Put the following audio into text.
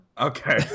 okay